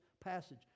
passage